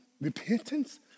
repentance